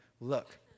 look